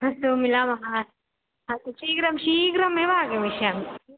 अस्तु मिलामः अस्तु शीघ्रं शीघ्रमेव आगमिष्यामि